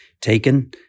taken